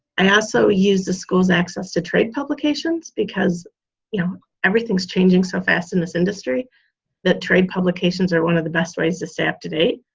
i also use the school's access to trade publications because you know everything's changing so fast in this industry that trade publications are one of the best ways to stay up to date.